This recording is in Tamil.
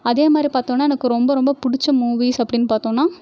அதே மாதிரி பார்த்தோன்னா எனக்கு ரொம்ப ரொம்ப பிடிச்ச மூவிஸ் அப்டின்னு பார்த்தோன்னா